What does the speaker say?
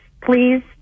please